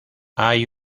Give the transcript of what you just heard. hay